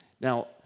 Now